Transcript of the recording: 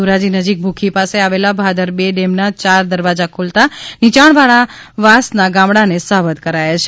ધોરાજી નજીક ભૂખી પાસે આવેલા ભાદર બે ડેમના ચાર દરવાજા ખોલતા નીયાણવાસના ગામડાને સાવધ કરાયા છે